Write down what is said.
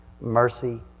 mercy